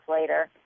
later